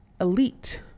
elite